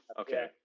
Okay